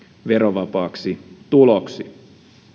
verovapaaksi tuloksi